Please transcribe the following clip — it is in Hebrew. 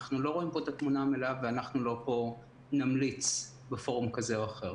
אנחנו לא רואים פה את התמונה המלאה ולא נמליץ פה או בפורום כזה או אחר.